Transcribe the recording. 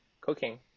cooking